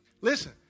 Listen